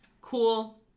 Cool